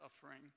suffering